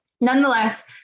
Nonetheless